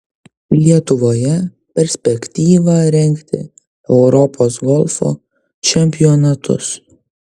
lietuvoje perspektyva rengti europos golfo čempionatus